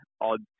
odd